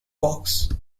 bogs